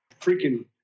freaking